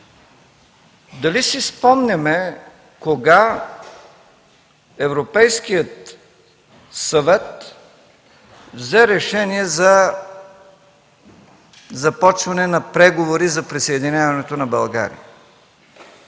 дали си спомняме кога Европейският съвет взе решение за започване на преговори за присъединяването на България?